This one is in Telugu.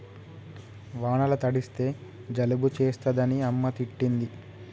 వానల తడిస్తే జలుబు చేస్తదని అమ్మ తిట్టింది